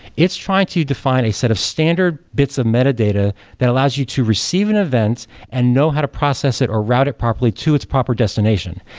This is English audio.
it's trying to define a set of standard bits of metadata that allows you to receive an event and know how to process it, or route it properly to its proper destination.